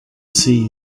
see